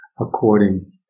according